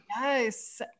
Yes